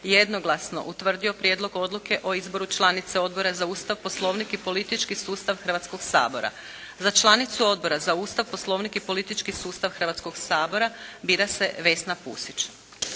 jednoglasno utvrdio Prijedlog odluke o izboru članice Odbora za Ustav, Poslovnik i politički sustav Hrvatskog sabora. Za članicu Odbora za Ustav, Poslovnik i politički sustav Hrvatskog sabora bira se Vesna Pusić.